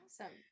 Awesome